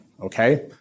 Okay